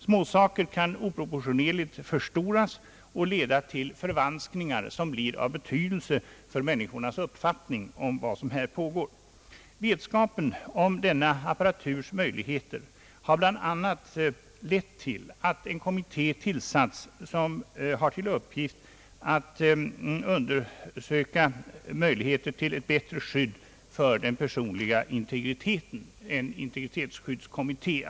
Småsaker kan oproportionerligt förstoras och leda till förvanskningar, som blir av betydelse för människornas uppfattning om vad som här pågår. Vetskapen om denna apparaturs möjligheter har bl.a. lett till att en kommitté tillsatts, som har till uppgift att undersöka möjligheten till ett bättre skydd för den personliga integriteten, alltså en = integritetsskyddskommitté.